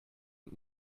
und